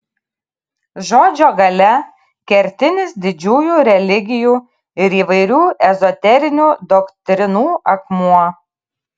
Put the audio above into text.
žodžio galia kertinis didžiųjų religijų ir įvairių ezoterinių doktrinų akmuo